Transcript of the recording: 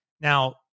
now